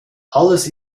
alles